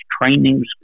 training